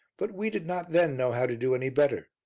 but we did not then know how to do any better.